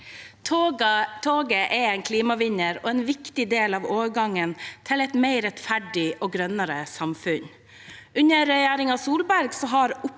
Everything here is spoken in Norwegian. Toget er en kli- mavinner og en viktig del av overgangen til et mer rettferdig og grønnere samfunn. Under regjeringen Solberg har